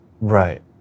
Right